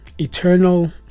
Eternal